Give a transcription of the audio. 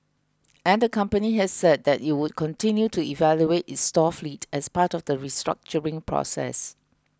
and the company has said that it would continue to evaluate its store fleet as part of the restructuring process